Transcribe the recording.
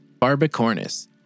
barbicornis